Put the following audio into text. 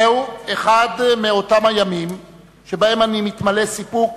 זהו אחד מאותם הימים שבהם אני מתמלא סיפוק